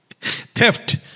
Theft